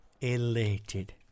elated